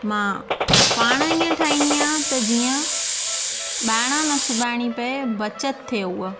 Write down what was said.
मां पाण ईअं ठाहींदी आहियां त जीअं ॿाहिरां न सिबाणी पए बचति थिए उहा